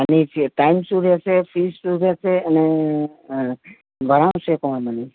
અને ટાઈમ શું રહેશે ફીસ શું રહેશે અને ભણાવશે કોણ મને